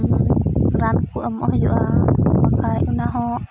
ᱨᱟᱱ ᱠᱚ ᱮᱢᱚᱜ ᱦᱩᱭᱩᱜᱼᱟ ᱵᱟᱝᱠᱷᱟᱡ ᱚᱱᱟᱦᱚᱸ